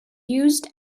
used